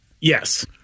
Yes